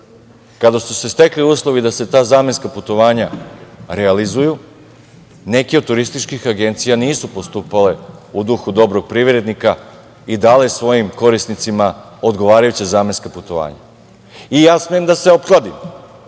Kada su se stekli uslovi da se ta zamenska putovanja realizuju, neke od turističkih agencija nisu postupale u duhu dobrog privrednika i dale svojim korisnicima odgovarajuća zamenska putovanja. Ja smem da se opkladim,